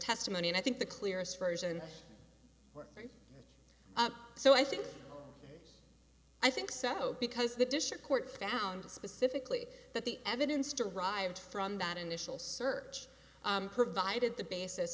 testimony and i think the clearest version so i think i think so because the district court found specifically that the evidence derived from that initial search provided the basis